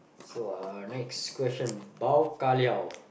so uh next question bao ka liao